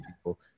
people